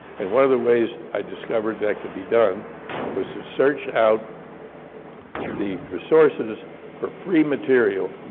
and one of the ways i discovered that could be done was to search out the resources for free material,